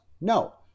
No